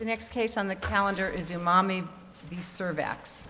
the next case on the calendar is your mommy serve x